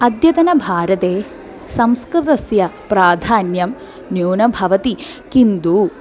अद्यतन भारते संस्कृतस्य प्राधान्यं न्यूनं भवति किन्तु